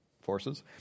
forces